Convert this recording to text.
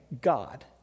God